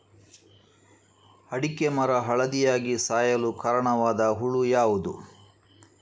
ಅಡಿಕೆ ಮರ ಹಳದಿಯಾಗಿ ಸಾಯಲು ಕಾರಣವಾದ ಹುಳು ಯಾವುದು?